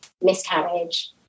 miscarriage